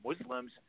Muslims